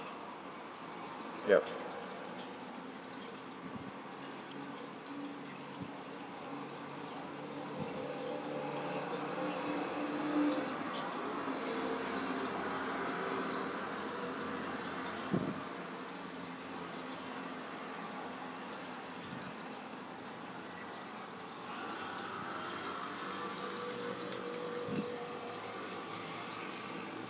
yup